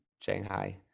Shanghai